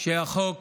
שהחוק